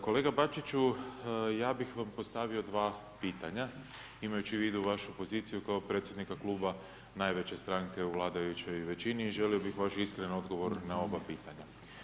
Kolega Bačiću, ja bih vam postavio 2 pitanja imajući u vidu vašu poziciju kao predsjednika Kluba najveće stranke u vladajućoj većini i želio bi vaš iskren odgovor na oba pitanja.